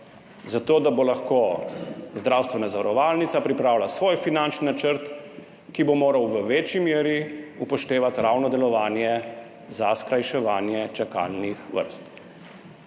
za to, da bo lahko zdravstvena zavarovalnica pripravila svoj finančni načrt, ki bo moral v večji meri upoštevati ravno delovanje za skrajševanje čakalnih vrst.